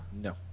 No